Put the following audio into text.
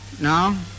No